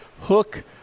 hook